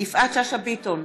יפעת שאשא ביטון,